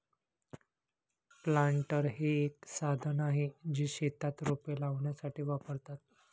planter हे एक साधन आहे, जे शेतात रोपे लावण्यासाठी वापरतात